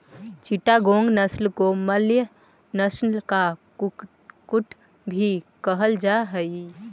चिटागोंग नस्ल को मलय नस्ल का कुक्कुट भी कहल जा हाई